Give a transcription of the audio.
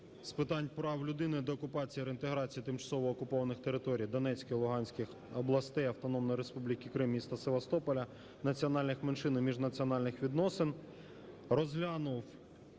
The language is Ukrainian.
з питань прав людини, деокупації та реінтеграції тимчасово окупованих територій Донецької-Луганської областей, Автономної Республіки Крим, міста Севастополя, національних менших і міжнаціональних відносин розглянув